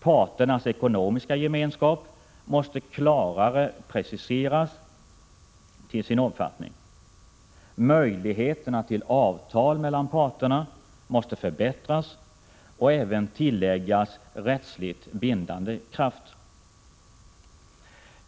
Parternas ekonomiska gemenskap måste klarare preciseras till sin omfattning. Möjligheterna till avtal mellan parterna måste förbättras och även tilläggas rättsligt bindande kraft.